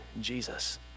Jesus